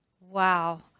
Wow